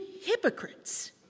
hypocrites